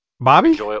Bobby